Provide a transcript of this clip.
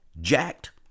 jacked